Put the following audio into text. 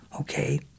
Okay